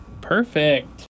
Perfect